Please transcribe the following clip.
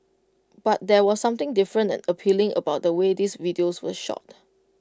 but there was something different and appealing about the way these videos were shot